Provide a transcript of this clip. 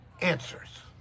answers